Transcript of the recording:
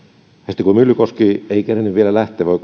sitten kun myllykoski ei kerennyt vielä lähteä vaan voi